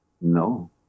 No